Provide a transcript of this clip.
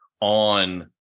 on